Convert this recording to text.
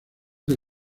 que